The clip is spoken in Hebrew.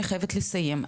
אני חייבת לסיים.